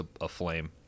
aflame